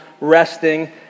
resting